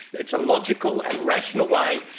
it's a logical and rational way,